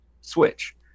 switch